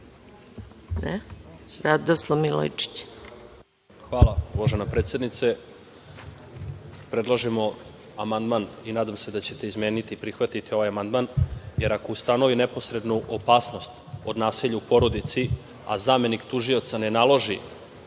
**Radoslav Milojičić** Hvala, uvažena predsednice. Predlažemo amandman i nadam se da ćete izmeniti i prihvatiti ovaj amandman jer ako ustanovi neposrednu opasnost od nasilja u porodici, a zamenik tužioca ne naloži